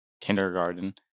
kindergarten